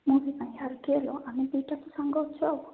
movie ପାଇଁ ଆଉ କିଏ ଲୋ ଆମେ ଦୁଇଟା ତ ସାଙ୍ଗ ଅଛୁ ଆଉ